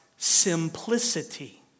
simplicity